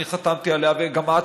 אני חתמתי עליה וגם את,